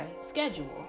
schedule